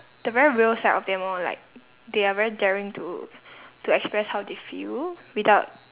the very real side of like they are very daring to to express how they feel without